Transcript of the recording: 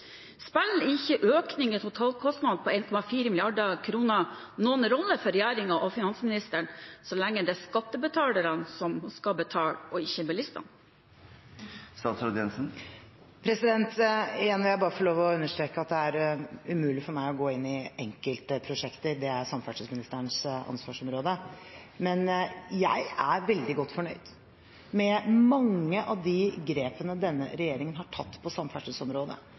Spiller ikke økningen i totalkostnadene på 1,4 mrd. kr noen rolle for regjeringen og finansministeren så lenge det er skattebetalerne som skal betale, og ikke bilistene? Igjen vil jeg bare få lov til å understreke at det er umulig for meg å gå inn i enkeltprosjekter – det er samferdselsministerens ansvarsområde. Men jeg er veldig godt fornøyd med mange av de grepene denne regjeringen har tatt på samferdselsområdet,